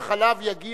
אתה אמרת את דעתך,